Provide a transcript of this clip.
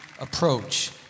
approach